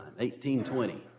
1820